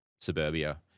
Suburbia